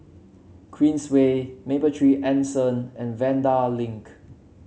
Queensway Mapletree Anson and Vanda Link